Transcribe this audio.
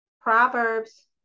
Proverbs